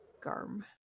garm